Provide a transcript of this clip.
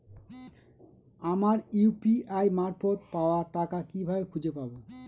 আমার ইউ.পি.আই মারফত পাওয়া টাকা কিভাবে খুঁজে পাব?